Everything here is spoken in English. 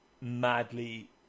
madly